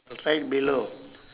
right below